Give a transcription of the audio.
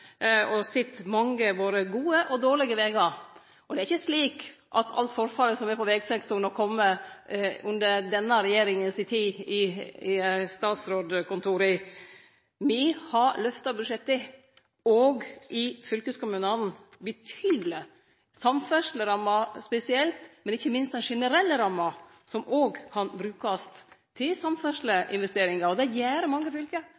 og sett mange både gode og dårlege vegar. Og det er ikkje slik at alt forfallet som er i vegsektoren, har kome under denne regjeringa si tid i statsrådskontora. Me har lyfta budsjetta, og i fylkeskommunane er dei lyfta monaleg. Samferdsleramma er lyfta spesielt, men ikkje minst den generelle ramma som òg kan brukast til samferdsleinvesteringar. Og det gjer mange fylke.